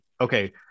okay